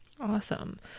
Awesome